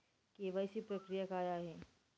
KYC प्रक्रिया काय आहे?